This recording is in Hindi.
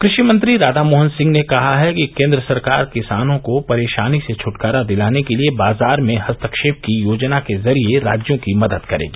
कृषि मंत्री राधा मोहन सिंह ने कहा है कि केन्द्र सरकार किसानों को परेशानी से छुटकारा दिलाने के लिए बाजार में हस्तक्षेप की योजना के जरिये राज्यों की मदद करेगी